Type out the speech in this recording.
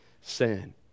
sin